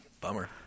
Bummer